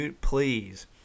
Please